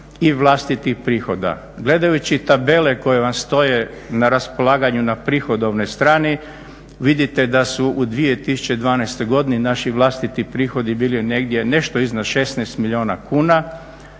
i vlastitih prihoda. Gledajući tabele koje vam stoje na raspolaganju na prihodovnoj strani vidite da su u 2012. godini naši vlastiti prihodi bili negdje nešto iznad 16 milijuna kuna.